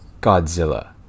godzilla